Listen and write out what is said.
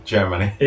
Germany